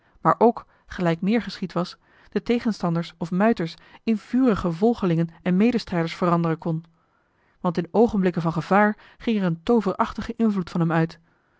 maar ook gelijk meer geschied was de tegenstanders of muiters in vurige volgelingen en medestrijders veranderen kon want in oogenblikken van gevaar ging er een tooverachtige invloed van hem uit